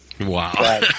Wow